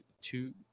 two